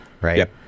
right